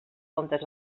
comptes